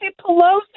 Pelosi